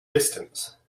distance